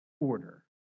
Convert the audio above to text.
order